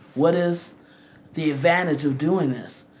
what is the advantage of doing this?